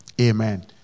Amen